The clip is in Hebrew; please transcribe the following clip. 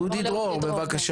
אודי דרור בבקשה.